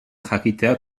jakitea